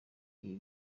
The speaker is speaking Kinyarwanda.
igihe